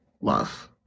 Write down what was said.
love